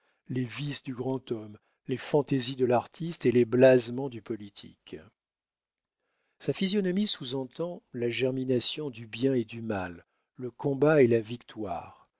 les vices du grand homme les fantaisies de l'artiste et les blasements du politique sa physionomie sous-entend la germination du bien et du mal le combat et la victoire